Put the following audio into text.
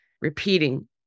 repeating